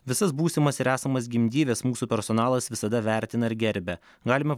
visas būsimas ir esamas gimdyves mūsų personalas visada vertina ir gerbia galima